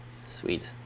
Sweet